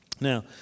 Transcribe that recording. Now